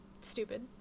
stupid